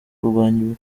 kurwanya